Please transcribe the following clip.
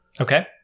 Okay